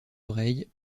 oreilles